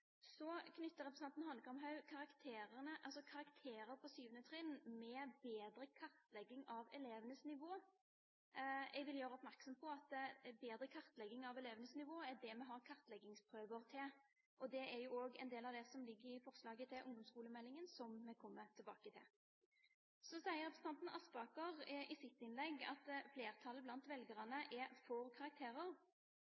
Så knytter representanten Hanekamhaug karakterer på 7. trinn til bedre kartlegging av elevenes nivå. Jeg vil gjøre oppmerksom på at bedre kartlegging av elevenes nivå er det vi har kartleggingsprøver til, og det er også en del av det som ligger i forslaget til ungdomsskolemeldingen, som vi kommer tilbake til. Representanten Aspaker sier i sitt innlegg at flertallet blant velgerne